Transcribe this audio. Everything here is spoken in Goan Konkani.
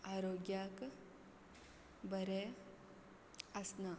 आरोग्याक बरें आसना